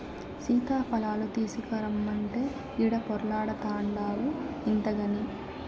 సీతాఫలాలు తీసకరమ్మంటే ఈడ పొర్లాడతాన్డావు ఇంతగని